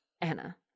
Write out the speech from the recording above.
Anna